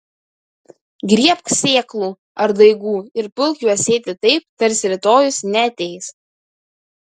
griebk sėklų ar daigų ir pulk juos sėti taip tarsi rytojus neateis